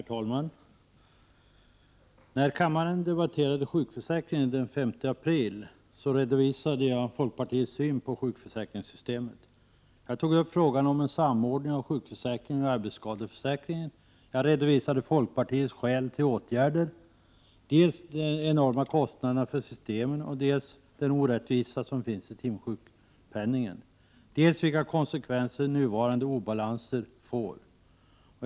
Herr talman! När kammaren debatterade sjukförsäkringen den 5 april redovisade jag folkpartiets syn på sjukförsäkringssystemet. Jag tog upp frågan om en samordning av sjukförsäkringen och arbetsskadeförsäkringen, och jag redovisade folkpartiets skäl till åtgärder. Det gällde dels de enorma kostnaderna för systemen, dels den orättvisa som finns i timsjukpenningen och dels vilka konsekvenser nuvarande obalanser får.